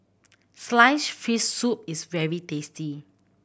sliced fish soup is very tasty